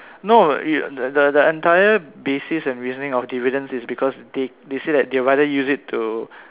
no yo~ the the entire basis and reasoning of dividends is because they they say that they rather use it to